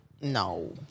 No